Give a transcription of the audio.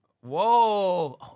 Whoa